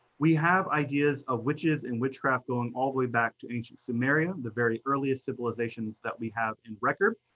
we have ideas of witches and witchcraft going all the way back to ancient sumeria, the very earliest civilizations that we have in record.